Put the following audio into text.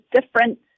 different